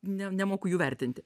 nem nemoku jų vertinti